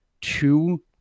two